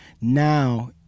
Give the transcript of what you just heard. now